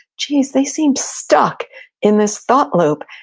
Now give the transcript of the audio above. geez, they seem stuck in this thought loop,